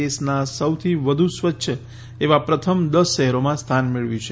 દેશનાં સૌથી વધુ સ્વચ્છ એવા પ્રથમ દસ શહેરોમાં સ્થાન મેળવ્યું છે